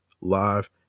live